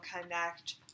connect